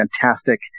fantastic